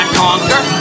conquer